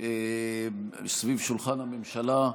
סביב שולחן הממשלה.